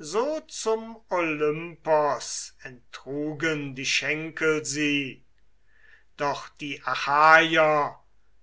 so zum olympos enttrugen die schenkel sie doch die achaier